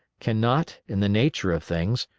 cannot, in the nature of things,